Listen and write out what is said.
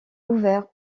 ouvert